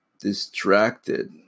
distracted